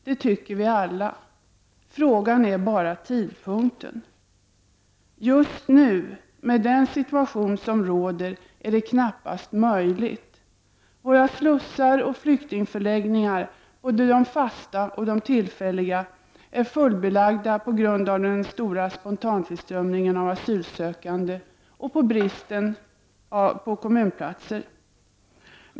Det tycker vi alla, men frågan är bara tidpunkten för det. I den situation som nu råder är det knappast möjligt att höja flyktingkvoten. Våra slussar och flyktingförläggningar, både de fasta och de tillfälliga, är fullbelagda till följd av den stora spontantillströmningen av asylsökande och bristen på kommunplatser.